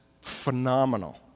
phenomenal